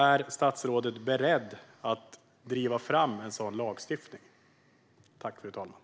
Är statsrådet beredd att driva fram en sådan lagstiftning?